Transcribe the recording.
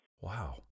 Wow